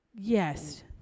Yes